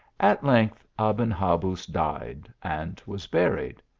at length, aben habuz died and was buried.